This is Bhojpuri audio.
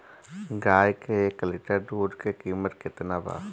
गाए के एक लीटर दूध के कीमत केतना बा?